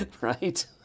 Right